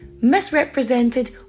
misrepresented